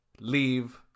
leave